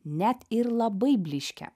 net ir labai blyškia